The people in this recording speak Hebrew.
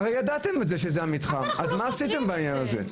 אבל ידעתם שזה המתחם, אז מה עשיתם בעניין הזה?